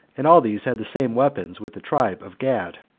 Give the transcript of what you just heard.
and all these had the same weapons with the tribe of gad.